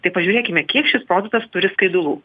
tai pažiūrėkime kiek šis produktas turi skaidulų